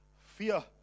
fear